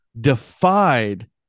defied